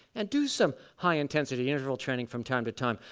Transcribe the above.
and do some high intensity interval training from time to time.